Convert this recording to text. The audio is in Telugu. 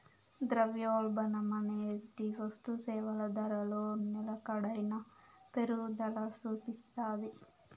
ద్రవ్యోల్బణమనేది వస్తుసేవల ధరలో నిలకడైన పెరుగుదల సూపిస్తాది